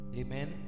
amen